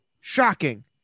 Shocking